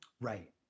right